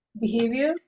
Behavior